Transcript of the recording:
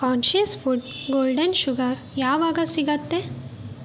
conscious food golden sugar ಯಾವಾಗ ಸಿಗುತ್ತೆ